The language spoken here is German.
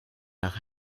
nach